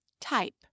Type